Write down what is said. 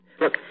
Look